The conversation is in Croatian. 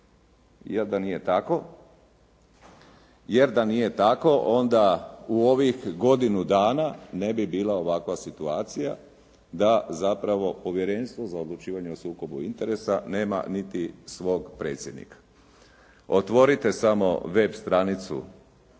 Jer da nije tako onda u ovih godinu dana ne bi bila ovakva situacija, da zapravo Povjerenstvo za odlučivanje o sukobu interesa nema niti svog predsjednika. Otvorite samo web stranicu